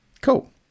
Cool